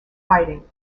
fighting